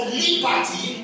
liberty